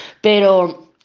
pero